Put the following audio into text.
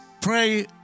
pray